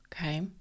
Okay